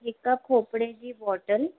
हिकु खोपरे जी बॉटल